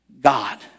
God